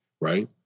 right